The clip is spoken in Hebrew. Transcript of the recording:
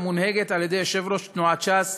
המונהגת על ידי יושב-ראש תנועת ש"ס